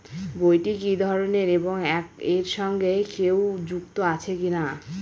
বইটি কি ধরনের এবং এর সঙ্গে কেউ যুক্ত আছে কিনা?